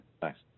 Thanks